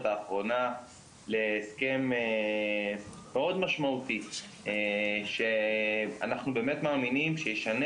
האחרונה להסכם מאוד משמעותי שאנחנו מאמינים שישנה